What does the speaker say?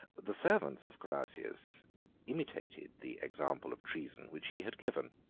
the servants of carausius imitated the example of treason which he had given.